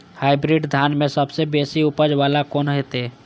Hybrid धान में सबसे बेसी उपज बाला कोन हेते?